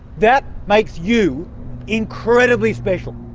that makes you incredibly special.